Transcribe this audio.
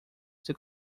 seu